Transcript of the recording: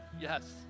yes